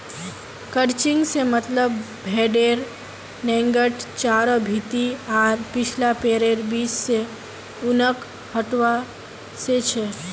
crutching से मतलब भेडेर नेंगड चारों भीति आर पिछला पैरैर बीच से ऊनक हटवा से छ